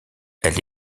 elle